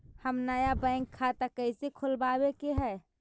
हम नया बैंक खाता कैसे खोलबाबे के है?